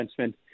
defenseman